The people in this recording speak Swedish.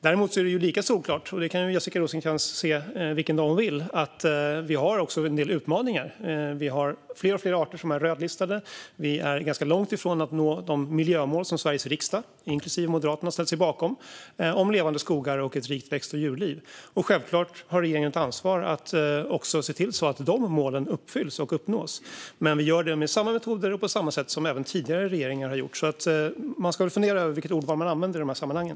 Däremot är det lika solklart - det kan Jessica Rosencrantz se vilken dag hon vill - att vi också har en del utmaningar. Vi har fler och fler arter som är rödlistade. Vi är ganska långt ifrån att nå de miljömål om levande skogar och ett rikt växt och djurliv som Sveriges riksdag, inklusive Moderaterna, har ställt sig bakom. Självklart har regeringen också ett ansvar att se till att de målen uppfylls och uppnås. Vi gör det med samma metoder och på samma sätt som även tidigare regeringar har gjort. Man ska nog fundera på vilket ordval man använder i de här sammanhangen.